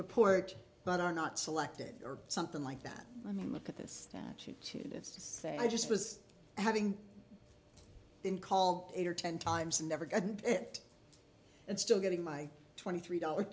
report but are not selected or something like that i mean look at this statute to just say i just was having been called eight or ten times and never got it and still getting my twenty three dollars